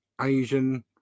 asian